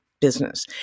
business